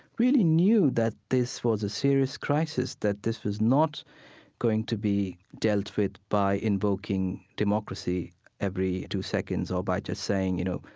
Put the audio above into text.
really knew that this was a serious crisis, that this was not going to be dealt with by invoking democracy every two seconds or by just saying, you know,